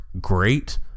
great